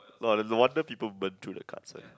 oh no wonder people burn through the cards eh